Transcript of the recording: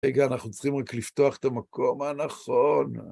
רגע, אנחנו צריכים רק לפתוח את המקום הנכון.